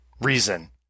reason